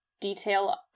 detail